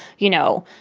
you know,